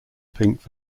pink